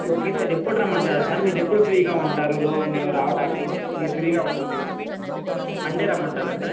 okay sir ఎప్పుడు రమ్మంటారు sir మీరు ఎప్పుడు ఫ్రీగా ఉంటారు లో మేము రావడానికి మీరు ఫ్రీగా ఉంటే మండే రమ్మంటారా సార్